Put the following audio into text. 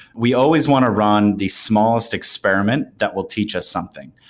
we always want to run the smallest experiment that will teach us something.